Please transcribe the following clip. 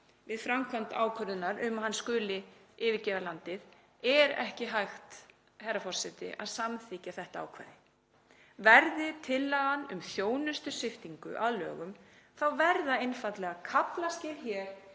við framkvæmd ákvörðunar um að hann skuli yfirgefa landið, er ekki hægt, herra forseti, að samþykkja þetta ákvæði. Verði tillagan um þjónustusviptingu að lögum verða einfaldlega kaflaskil hér